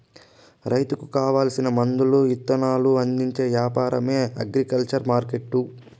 రైతులకు కావాల్సిన మందులు ఇత్తనాలు అందించే యాపారమే అగ్రికల్చర్ మార్కెట్టు